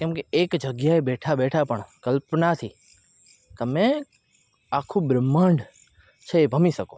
કેમ કે એક જગ્યાએ બેઠાં બેઠાં પણ કલ્પનાથી તમે આખું બ્રહ્માંડ છે એ ભમી શકો